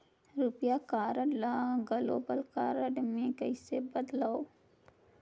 रुपिया कारड ल global card मे कइसे बदलव?